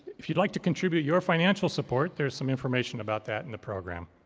if you'd like to contribute your financial support, there's some information about that in the program.